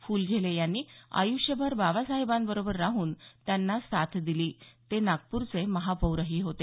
फुलझेले यांनी आयुष्यभर बाबासाहेबांबरोबर राहून त्यांना साथ दिली ते नागपूरचे उपमहापौरही होते